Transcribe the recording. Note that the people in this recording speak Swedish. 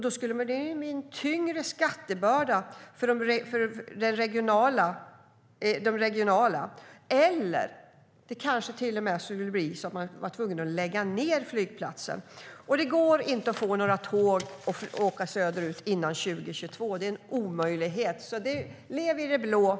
Då skulle det bli en tyngre skattebörda för regionen, eller kanske man till och med skulle vara tvungen att lägga ned flygplatsen.